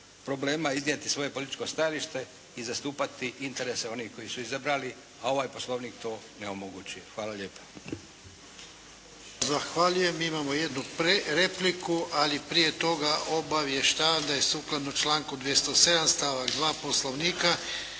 problema iznijeti svoje političko stajalište i zastupati interese onih koji su ih izabrali, a ovaj Poslovnik to ne omogućuje. Hvala lijepa. **Jarnjak, Ivan (HDZ)** Zahvaljujem. Imamo jednu repliku, ali prije toga obavještavam da je sukladno članku 207. stavak 2. Poslovnika,